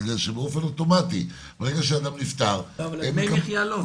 בגלל שבאופן אוטומטי --- דמי מחיה לא.